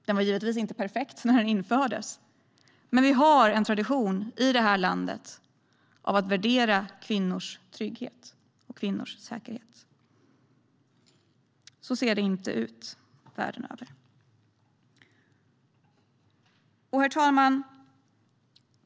Den var givetvis inte perfekt när den infördes, men vi har en tradition i det här landet av att värdera kvinnors trygghet och säkerhet. Så ser det inte ut världen över.